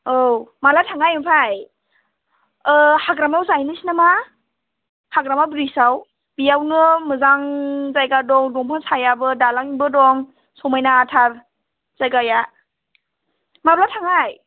औ माला थांनाय ओमफ्राय हाग्रामायाव जाहैनोसै नामा हाग्रामा ब्रिजआव बेयावनो मोजां जायगा दं दंफां सायाबो दालांबो दं समायनाथार जायगाया माब्ला थांनाय